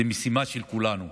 זאת משימה של כולנו,